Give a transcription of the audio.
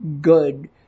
good